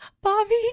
Bobby